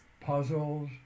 Puzzles